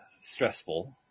stressful